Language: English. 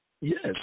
Yes